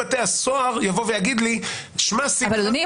אדוני,